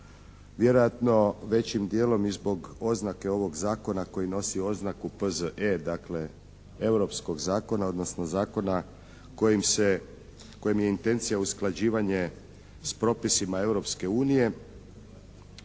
vjerojatno većim dijelom i zbog oznake ovog zakona koji nosi oznaku P.Z.E. dakle europskog zakona odnosno zakona kojim se, kojem je intencija usklađivanje s propisima Europske unije